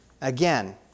Again